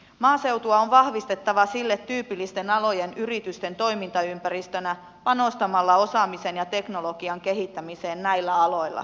maaseutua on vahvistettava sille tyypillisten alojen yritysten toimintaympäristönä panostamalla osaamisen ja teknologian kehittämiseen näillä aloilla